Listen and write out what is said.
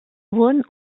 wurden